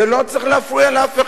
זה לא צריך להפריע לאף אחד.